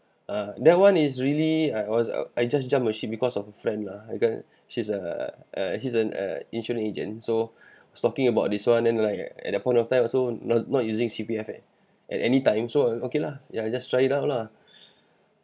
uh that one is really I was I just jump a ship because of a friend lah because she's a uh he's an insurance agent so talking about this one and like at that point of time also not not using C_P_F at at any time so okay lah ya just try it out lah